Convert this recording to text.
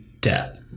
death